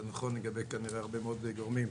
זה נכון כנראה לגבי הרבה מאוד גורמים.